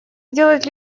сделать